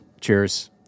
Cheers